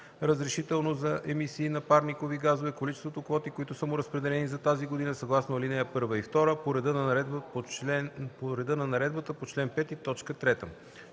разрешително за емисии на парникови газове, количеството квоти, които са му разпределени за тази година съгласно ал. 1 и 2, по реда на наредбата по чл. 5,